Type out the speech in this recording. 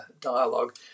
dialogue